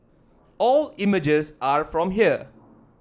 all images are from here